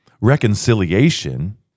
Reconciliation